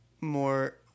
more